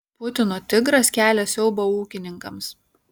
putino tigras kelia siaubą ūkininkams